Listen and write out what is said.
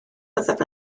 byddaf